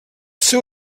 seu